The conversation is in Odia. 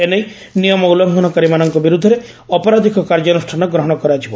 ଏନେଇ ନିୟମ ଉଲ୍ଲଂଘନକାରୀ ମାନଙ୍କ ବିରୁଦ୍ଧରେ ଆପରାଧିକ କାର୍ଯ୍ୟାନୁଷାନ ଗ୍ରହଣ କରାଯିବ